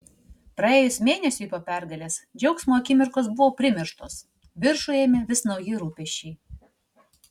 praėjus mėnesiui po pergalės džiaugsmo akimirkos buvo primirštos viršų ėmė vis nauji rūpesčiai